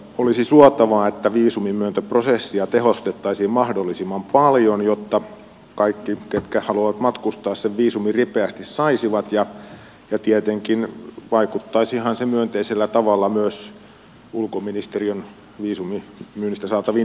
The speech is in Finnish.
olisi suotavaa että viisumin myöntöprosessia tehostettaisiin mahdollisimman paljon jotta kaikki jotka haluavat matkustaa sen viisumin ripeästi saisivat ja tietenkin vaikuttaisihan se myönteisellä tavalla myös ulkoministeriön viisumimyynnistä saataviin tuloihin